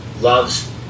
loves